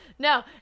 No